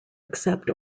accept